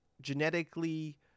genetically